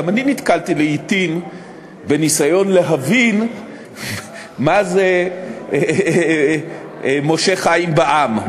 גם אני נתקלתי לעתים בניסיון להבין מה זה "משה חיים בע"מ",